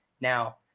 now